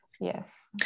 yes